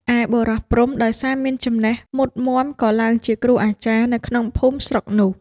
ឯបុរសព្រហ្ម ដោយសារមានចំណេះមុតមាំក៏ឡើងជាគ្រូអាចារ្យនៅក្នុងភូមិស្រុកនោះ។